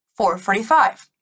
4.45